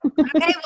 Okay